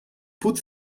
put